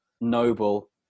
Noble